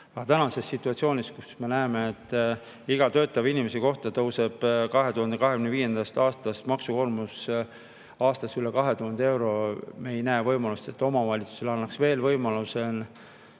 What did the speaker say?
tänases situatsioonis, kus me näeme, et iga töötava inimese kohta tõuseb 2025. aastast maksukoormus aastas üle 2000 euro, me ei näe võimalust, et omavalitsustele antaks veel [õigus